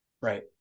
right